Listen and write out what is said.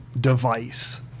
device